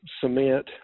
cement